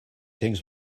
things